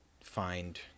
find